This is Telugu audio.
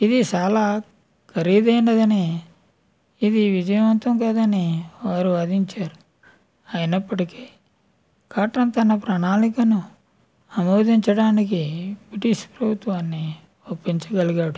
ఇది చాలా ఖరీదైనదని ఇది విజయవంతం కాదని వారు వాదించారు అయినప్పటికీ కాటన్ తన ప్రణాళికను ఆమోదించడానికి బ్రిటిష్ ప్రభుత్వాన్ని ఒప్పించగలిగాడు